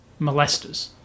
molesters